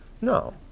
No